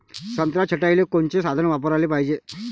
संत्रा छटाईले कोनचे साधन वापराले पाहिजे?